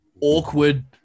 awkward